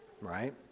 right